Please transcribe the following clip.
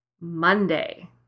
Monday